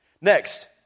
Next